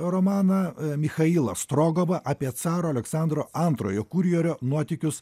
romaną michailą strogovą apie caro aleksandro antrojo kurjerio nuotykius